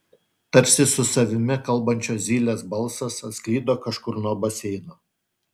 tarsi su savimi kalbančio zylės balsas atsklido kažkur nuo baseino